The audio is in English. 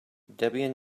debian